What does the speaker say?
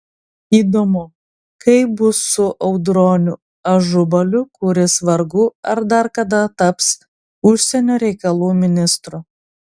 įdomu kaip bus su audroniu ažubaliu kuris vargu ar dar kada taps užsienio reikalų ministru